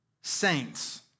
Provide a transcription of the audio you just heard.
saints